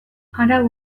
arau